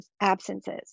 absences